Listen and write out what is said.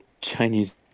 Chinese